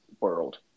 world